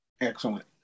excellent